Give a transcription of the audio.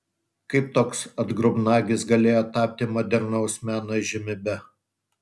kaip toks atgrubnagis galėjo tapti modernaus meno įžymybe